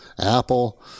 Apple